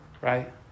Right